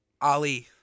Ali